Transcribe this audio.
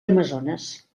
amazones